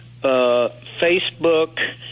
Facebook